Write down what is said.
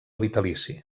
vitalici